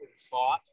thought